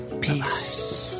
Peace